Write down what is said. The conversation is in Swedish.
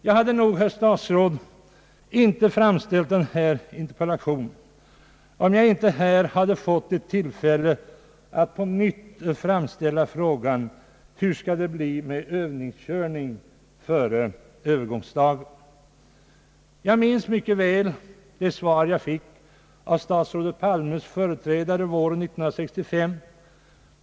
Jag hade nog, herr statsråd, inte framställt denna interpellation om det inte varit för att få ett tillfälle att på nytt framställa frågan: Hur skall det bli med övningskörning före övergångsdagen? Jag minns mycket väl det svar jag fick av statsrådet Palmes företrädare våren 1965.